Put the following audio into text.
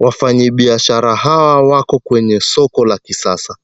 Wafanyibiashara hawa wako kwenye soko la kisasa.